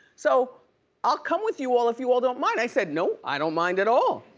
so i'll come with you all if you all don't mind. i said no, i don't mind at all.